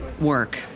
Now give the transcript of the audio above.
work